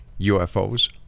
UFOs